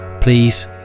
please